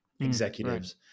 executives